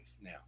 now